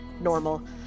normal